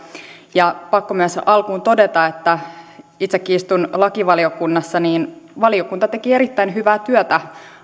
pakko myös alkuun todeta kun itsekin istun lakivaliokunnassa että valiokunta teki erittäin hyvää työtä